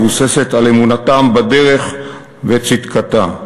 המבוססת על אמונתם בדרך ועל צדקתה,